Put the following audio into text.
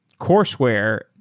courseware